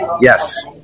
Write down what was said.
yes